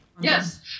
Yes